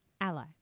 Ally